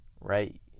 right